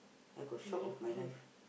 I got shock of my life